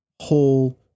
whole